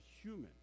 human